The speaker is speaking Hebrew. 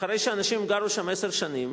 אחרי שאנשים גרו שם עשר שנים,